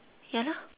ya lah